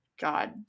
God